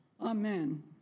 Amen